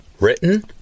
written